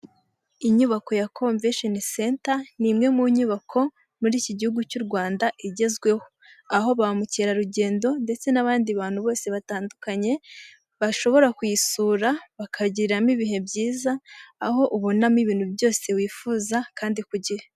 Inyubako ya komvesheni senta, ni imwe mu nyubako muri iki gihugu cy'u Rwanda igezweho, aho bamukerarugendo ndetse n'abandi bantu bose batandukanye, bashobora kuyisura bakagiriramo ibihe byiza, aho ubonamo ibintu byose wifuza kandi ku gihe.